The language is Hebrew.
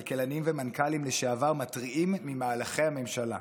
כלכלנים ומנכ"לים לשעבר מתריעים ממהלכי הממשלה.